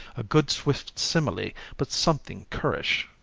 a good swift simile, but something currish.